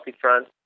front